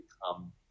become